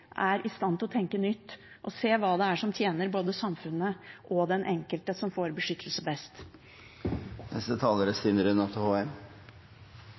i stand til å tenke nytt og se hva som best tjener både samfunnet og den enkelte som får beskyttelse. Jeg skal ikke forlenge debatten unødvendig i en sak hvor vi er